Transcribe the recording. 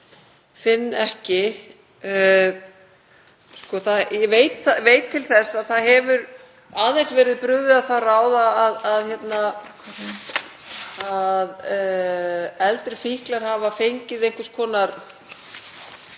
hana ekki. Ég veit til þess að það hefur aðeins verið brugðið á það ráð að eldri fíklar hafi fengið einhvers konar